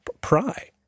Pry